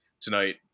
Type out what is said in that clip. tonight